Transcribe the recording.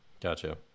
gotcha